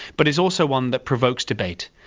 but it's also one that provokes debate.